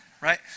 Right